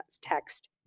text